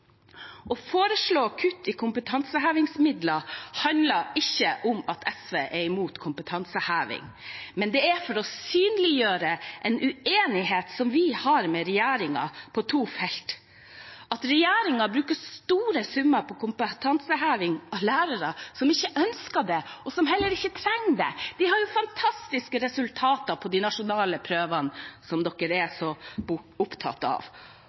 Å foreslå kutt i kompetansehevingsmidler handler ikke om at SV er imot kompetanseheving. Det er for å synliggjøre en uenighet som vi har med regjeringen på to felter. Regjeringen bruker store summer på kompetanseheving av lærere som ikke ønsker det, og som heller ikke trenger det. Vi har fantastiske resultater på de nasjonale prøvene, som de er så opptatt av.